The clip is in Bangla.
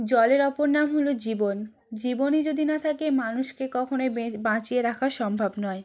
জলের অপর নাম হলো জীবন জীবনই যদি না থাকে মানুষকে কখনোই বাঁচিয়ে রাখা সম্ভব নয়